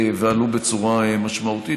ועלו בצורה משמעותית.